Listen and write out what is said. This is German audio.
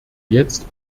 jetzt